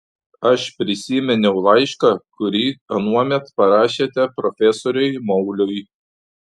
aš prisiminiau laišką kurį anuomet parašėte profesoriui mauliui